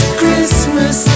christmas